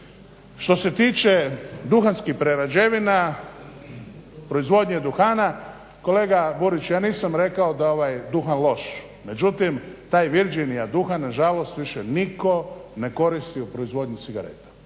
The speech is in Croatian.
što se tiče duhanskih prerađevina, proizvodnje duhana. Kolega Burić, ja nisam rekao da je ovaj duhan loš, međutim taj virginia duhan na žalost nitko ne koristi u proizvodnji cigareta.